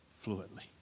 fluently